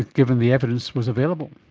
given the evidence was available.